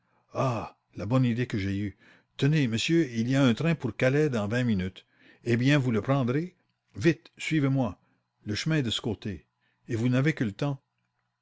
ah comme je suis heureuse tenez monsieur il y a un train pour calais dans vingt minutes eh bien vous le prendrez vite suivez-moi le chemin est de ce côté et vous n'avez que le temps